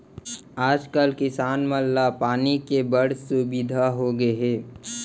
आज कल किसान मन ला पानी के बड़ सुबिधा होगे हे